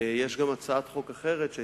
יש גם הצעת חוק אחרת של